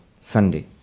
Sunday